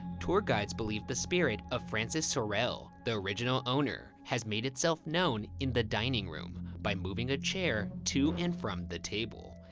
tour guides believe the spirit of francis sorrel, the original owner, has made itself known in the dining room by moving a chair to and from the table.